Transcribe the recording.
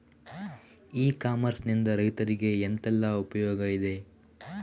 E commerce ನಿಂದ ರೈತರಿಗೆ ಎಂತೆಲ್ಲ ಉಪಯೋಗ ಇದೆ?